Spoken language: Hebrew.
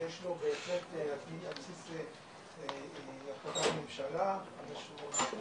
ויש לו בהחלט בסיס בהחלטת ממשלה 588,